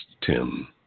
Tim